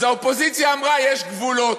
אז האופוזיציה אמרה: יש גבולות.